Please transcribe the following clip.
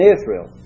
Israel